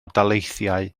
daleithiau